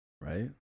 right